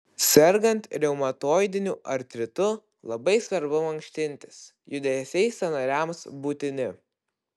sergant reumatoidiniu artritu labai svarbu mankštintis judesiai sąnariams būtini